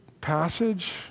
passage